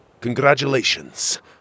Congratulations